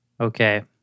Okay